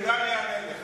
גם אענה לך.